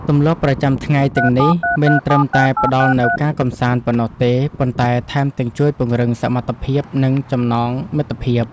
ទម្លាប់ប្រចាំថ្ងៃទាំងនេះមិនត្រឹមតែផ្ដល់នូវការកម្សាន្តប៉ុណ្ណោះទេប៉ុន្តែថែមទាំងជួយពង្រឹងសមត្ថភាពនិងចំណងមិត្តភាព។